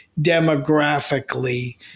demographically